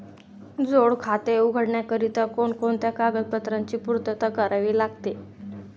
जोड खाते उघडण्याकरिता कोणकोणत्या कागदपत्रांची पूर्तता करावी लागते?